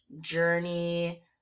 journey